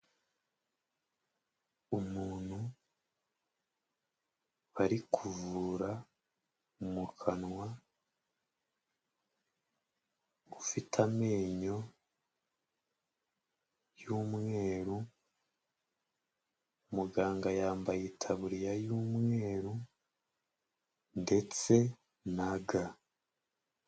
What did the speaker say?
Umuntu, bari kuvura mukanwa, ufite amenyo y'umweru, muganga yambaye itaburiya y'umweru ndetse na ga.